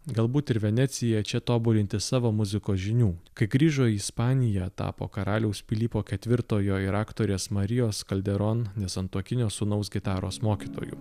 galbūt ir veneciją čia tobulinti savo muzikos žinių kai grįžo į ispaniją tapo karaliaus pilypo ketvirtojo ir aktorės marijos kalderon nesantuokinio sūnaus gitaros mokytoju